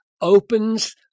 opens